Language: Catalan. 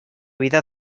vida